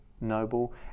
noble